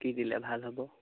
কি দিলে ভাল হ'ব